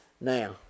Now